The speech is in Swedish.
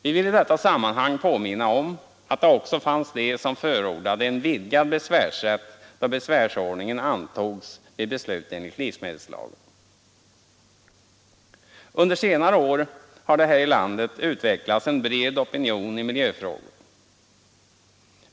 Vi vill i detta sammanhang påminna om att det också fanns de som förordade en vidgad besvärsrätt, då besvärsordningen vid beslut enligt livsmedelslagen antogs. Under senare år har det här i landet utvecklats en bred opinion i miljöfrågor.